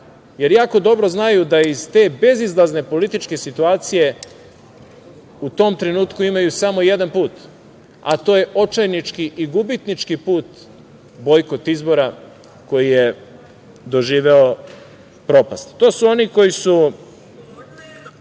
jer jako dobro znaju da iz te bezizlazne političke situacije u tom trenutku imaju samo jedan put, a to je očajnički i gubitnički put – bojkot izbora, koji je doživeo propast. To su oni koji su